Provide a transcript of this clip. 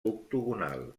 octogonal